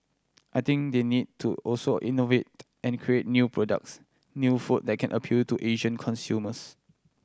I think they need to also innovate and create new products new food that can appeal to Asian consumers